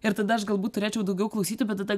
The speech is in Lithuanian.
ir tada aš galbūt turėčiau daugiau klausyti bet tada